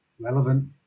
relevant